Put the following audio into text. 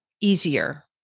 easier